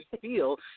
feel